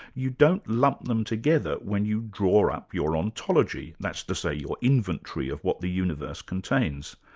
you don't lump them together when you draw up your ontology, that's to say your inventory of what the universe contains.